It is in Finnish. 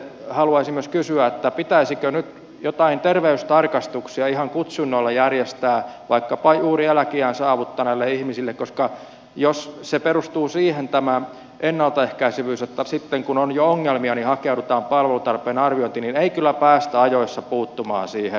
haluaisin myös kysyä pitäisikö nyt jotain terveystarkastuksia ihan kutsunnoilla järjestää vaikkapa juuri eläkeiän saavuttaneille ihmisille koska jos tämä ennaltaehkäisevyys perustuu siihen että sitten kun on jo ongelmia hakeudutaan palvelutarpeen arviointiin niin ei kyllä päästä ajoissa puuttumaan siihen